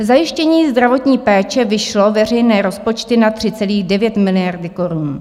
Zajištění zdravotní péče vyšlo veřejné rozpočty na 3,9 miliardy korun.